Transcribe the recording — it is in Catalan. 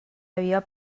havia